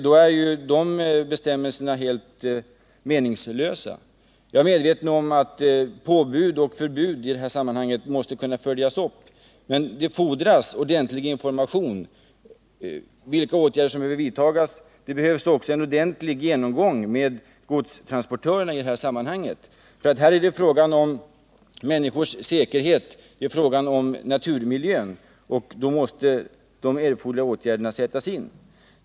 Då är de bestämmelserna helt meningslösa. Jag är medveten om att påbud och förbud i detta sammanhang måste kunna följas upp, men det fordras ordentlig information om vilka åtgärder som behöver vidtas. Det krävs också en ordentlig genomgång med godstransportörerna. Här är det ju fråga om människors säkerhet och naturmiljön, och då måste erforderliga åtgärder sättas in.